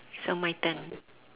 so my turn